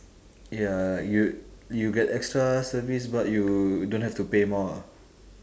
ya you you get extra service but you don't have to pay more ah